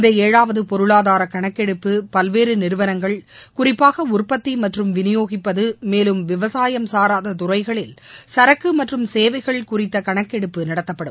இந்த ஏழாவது பொருளாதார கணக்கெடுப்பு பல்வேறு நிறுவனங்கள் குறிப்பாக உற்பத்தி மற்றும் வினியோகிப்பது மேலும் விவசாயம் சாராத துறைகளில் சரக்கு மற்றும் சேவைகள் குறித்த கணக்கெடுப்பு நடத்தப்படும்